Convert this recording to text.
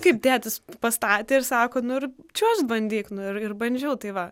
kaip tėtis pastatė ir sako nu ir čiuožk bandyk nu ir bandžiau tai va